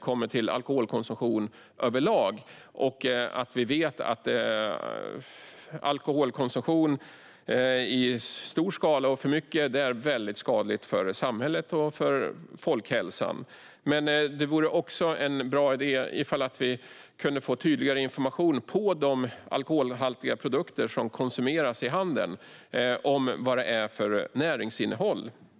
Vi vet att alkoholkonsumtion i stor skala är skadligt för samhället och folkhälsan. Men det vore också bra om vi kunde få tydligare information på de alkoholhaltiga produkterna i handeln om vad de har för näringsinnehåll.